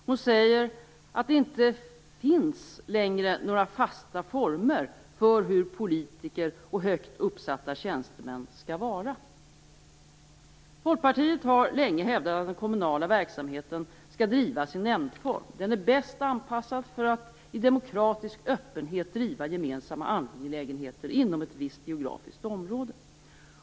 Hon säger att det inte längre finns några fasta former för hur politiker och högt uppsatta tjänstemän skall vara. Folkpartiet har länge hävdat att den kommunala verksamheten skall drivas i nämndform. Den formen är bäst anpassad för att i demokratisk öppenhet driva gemensamma angelägenheter inom ett visst geografiskt område.